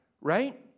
Right